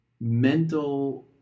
mental